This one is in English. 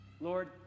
Lord